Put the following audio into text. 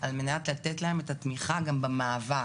על מנת לתת להם את התמיכה גם במאבק.